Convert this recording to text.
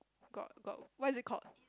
got got what is it called